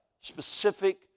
specific